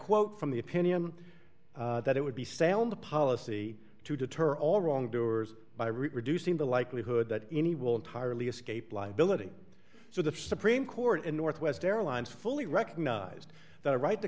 quote from the opinion that it would be sound policy to deter all wrongdoers by reducing the likelihood that any will entirely escape liability so the supreme court in northwest airlines fully recognized that a right the